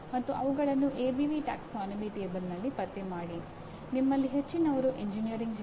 M1U2 ಶಿಕ್ಷಣ ಮತ್ತು ಬೋಧನೆ ಎಂಬ ಪರಿಚಿತ ಪದಗಳನ್ನು ಮತ್ತೆ ಪರಿಚಯಿಸಲು ಪ್ರಯತ್ನಿಸುತ್ತದೆ